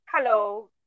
Hello